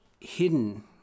hidden